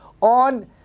on